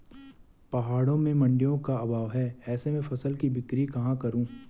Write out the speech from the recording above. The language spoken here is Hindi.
पहाड़ों में मडिंयों का अभाव है ऐसे में फसल की बिक्री कहाँ करूँ?